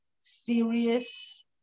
serious